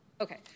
Okay